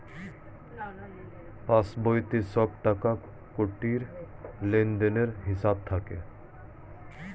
পাসবইতে সব টাকাকড়ির লেনদেনের হিসাব থাকে